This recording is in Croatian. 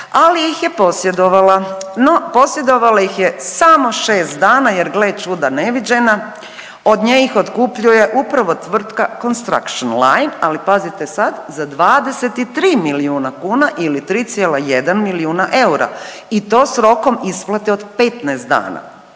ali ih je posjedovala. No, posjedovala ih je samo 6 dana jer gle čuda neviđena od nje ih otkupljuje upravo tvrtka Construction Line, ali pazite sad za 23 milijuna kuna ili 3,1 milijuna eura i to s rokom isplate od 15 dana.